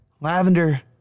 lavender